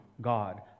God